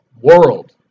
world